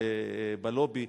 בלובי,